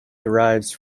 derives